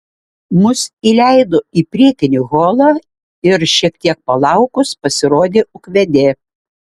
mus įleido į priekinį holą ir šiek tiek palaukus pasirodė ūkvedė